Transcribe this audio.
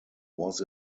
was